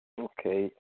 Okay